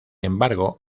embargo